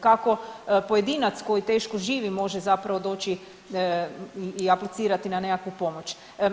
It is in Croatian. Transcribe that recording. Kako pojedinac koji teško živi može zapravo doći i aplicirati na neku pomoć.